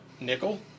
nickel